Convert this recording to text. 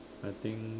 I think